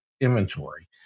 inventory